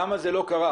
למה זה לא קרה